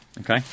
Okay